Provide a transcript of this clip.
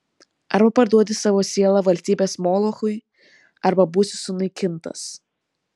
arba parduodi savo sielą valstybės molochui arba būsi sunaikintas